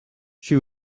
she